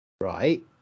Right